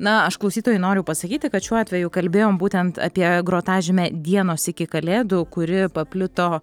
na aš klausytojui noriu pasakyti kad šiuo atveju kalbėjom būtent apie grotažymę dienos iki kalėdų kuri paplito